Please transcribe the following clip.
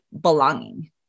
belonging